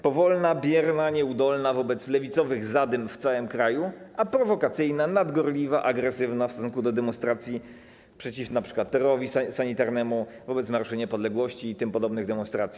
Powolna, bierna, nieudolna wobec lewicowych zadym w całym kraju, a prowokacyjna, nadgorliwa, agresywna w stosunku do demonstracji przeciw terrorowi sanitarnemu, wobec marszów niepodległości i tym podobnych demonstracji.